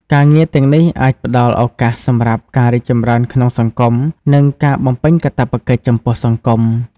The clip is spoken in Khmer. ការងារទាំងនេះអាចផ្តល់ឱកាសសម្រាប់ការរីកចម្រើនក្នុងសង្គម និងការបំពេញកាតព្វកិច្ចចំពោះសង្គម។